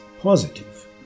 positive